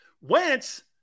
Wentz